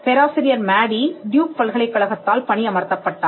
பேராசிரியர் Maddy Duke பல்கலைக்கழகத்தால் பணியமர்த்தப்பட்டார்